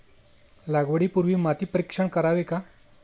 लागवडी पूर्वी माती परीक्षण करावे का?